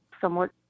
somewhat